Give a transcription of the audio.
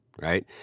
right